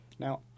Now